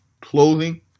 clothing